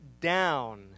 down